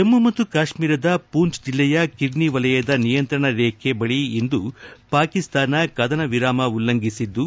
ಜಮ್ಮ ಮತ್ತು ಕಾಶ್ಮೀರದ ಪೂಂಜ್ ಜಿಲ್ಲೆಯ ಕೆರ್ನಿ ವಲಯದ ನಿಯಂತ್ರಣ ರೇಖೆ ಬಳಿ ಇಂದು ಪಾಕಿಸ್ತಾನ ಕದನ ವಿರಾಮ ಉಲ್ಲಂಘಿಸಿದ್ದು